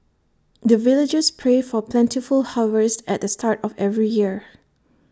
the villagers pray for plentiful harvest at the start of every year